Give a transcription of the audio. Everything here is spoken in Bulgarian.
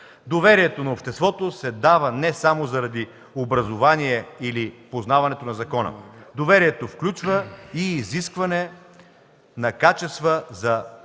Доверието на обществото се дава не само заради образование или познаването на закона. Доверието включва и изискване на качества за